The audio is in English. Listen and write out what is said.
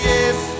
Yes